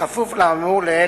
בכפוף לאמור לעיל,